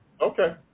Okay